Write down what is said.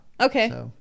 okay